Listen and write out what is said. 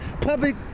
public